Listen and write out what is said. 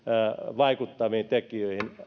vaikuttaviin tekijöihin